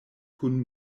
kun